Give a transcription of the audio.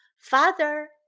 Father